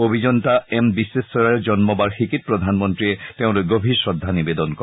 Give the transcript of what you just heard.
অভিযন্তা এম বিশ্বেশ্বৰায়ৰ জন্ম বাৰ্ষিকীত প্ৰধানমন্ত্ৰীয়ে তেওঁলৈ গভীৰ শ্ৰদ্ধা নিবেদন কৰে